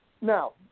Now